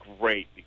great